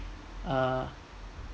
uh